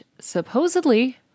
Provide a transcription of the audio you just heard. supposedly